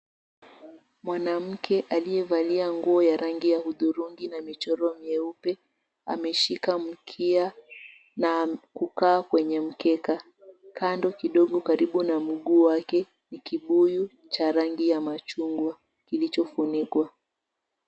Mwanamke aliyevalia nguo ya rangi ya hudhurungi na michoro meupe ameshika mkia na kukaa kwenye mkeka kando kidogo karibu na mguu wake ni kibuyu cha rangi ya machungwa kilichofunikwa.